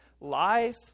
Life